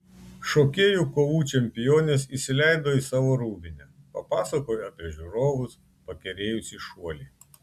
šokėjų kovų čempionės įsileido į savo rūbinę papasakojo apie žiūrovus pakerėjusį šuolį